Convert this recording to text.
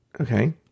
Okay